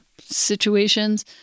situations